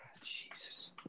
Jesus